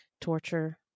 torture